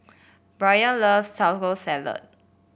Brayan loves Taco Salad